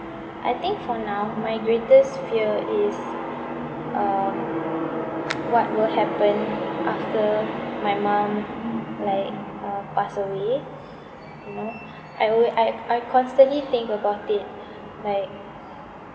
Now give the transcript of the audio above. I think for now my greatest fear is um what will happen after my mum like uh pass away you know I alwa~ I I constantly think about it like